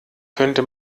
könnte